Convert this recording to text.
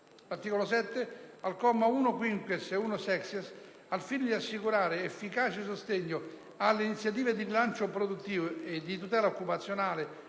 7, al comma 1-*quinquies* e 1-*sexies*, al fine di assicurare efficace sostegno alle iniziative di rilancio produttivo e di tutela occupazionale,